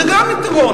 בסדר, זה גם יתרון.